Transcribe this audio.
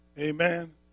Amen